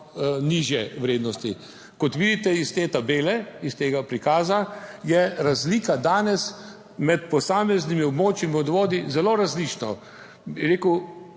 nižje vrednosti. Kot vidite iz te tabele, iz tega prikaza, je razlika danes med posameznimi območji in vodovodi zelo različno.